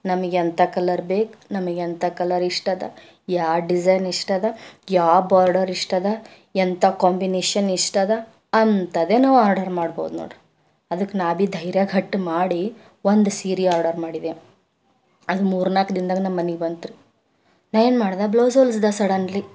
ನಮಗೆ ಎಂಥ ಕಲರ್ ಬೇಕು ನಮಗೆ ಎಂಥ ಕಲರ್ ಇಷ್ಟದ ಯಾವ ಡಿಸೈನ್ ಇಷ್ಟದ ಯಾವ ಬಾರ್ಡರ್ ಇಷ್ಟದ ಎಂಥ ಕಾಂಬಿನೇಷನ್ ಇಷ್ಟದ ಅಂಥದ್ದೇ ನಾವು ಆರ್ಡರ್ ಮಾಡ್ಬೋದು ನೋಡ್ರಿ ಅದಕ್ಕೆ ನಾನು ಭೀ ಧೈರ್ಯ ಘಟ್ಟಿ ಮಾಡಿ ಒಂದು ಸೀರೆ ಆರ್ಡರ್ ಮಾಡಿದೆ ಅದು ಮೂರು ನಾಲ್ಕು ದಿನದಾಗ ನಮ್ಮ ಮನೆಗೆ ಬಂತು ನಾನು ಏನು ಮಾಡಿದೆ ಬ್ಲೌಸ್ ಹೊಲಿಸಿದ ಸಡನ್ಲಿ